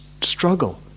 struggle